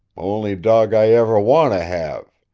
only dawg i ever want to have.